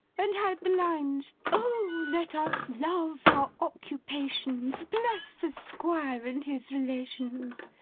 and had the lines, o let us love our occupations, bless the squire and his relations,